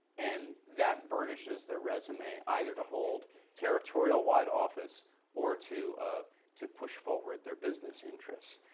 and that burnishes their resume, either to hold territorial wide office or to ah to push forward their business interests.